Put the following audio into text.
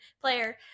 player